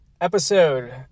episode